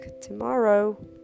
tomorrow